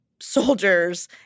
soldiers